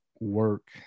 Work